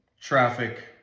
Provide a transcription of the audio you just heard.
traffic